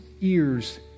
ears